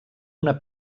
una